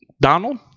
Donald